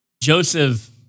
Joseph